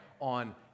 on